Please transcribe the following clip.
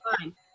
fine